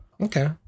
Okay